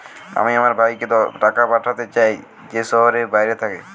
আমি আমার ভাইকে টাকা পাঠাতে চাই যে শহরের বাইরে থাকে